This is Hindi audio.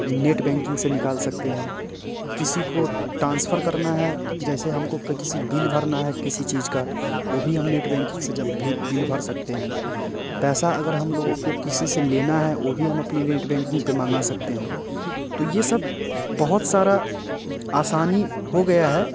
नेट बैंकिंग से निकाल सकते हैं किसी को ट्रांसफर करना है जैसे हम को किसी बिल भरना है किसी चीज़ की वो भी हम नेट बैंकिंग से भी जब भी बिल भर सकते हैं पैसा अगर हम लोगों को किसी से लेना है वो भी हम अपने नेट बैंकिंग पर मंगा सकते हैं तो ये सब बहुत सारी आसानी हो गई है